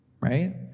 Right